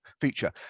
feature